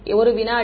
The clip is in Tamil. மாணவர் 1 வினாடி